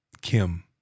Kim